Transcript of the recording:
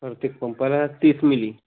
प्रत्येक पंपाला तीस मिली